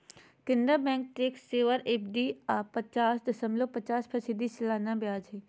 Canara bank tax saver FD पर पाच दशमलब पचास फीसदी सालाना ब्याज हइ